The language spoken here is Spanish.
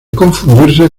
confundirse